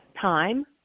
time